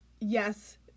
yes